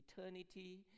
eternity